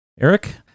Eric